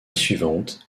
suivante